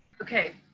ok.